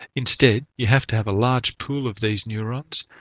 instead you have to have a large pool of these neurons,